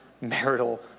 marital